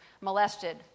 molested